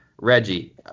Reggie